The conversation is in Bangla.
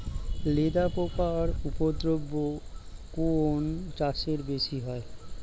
লেদা পোকার উপদ্রব কোন চাষে বেশি হয়?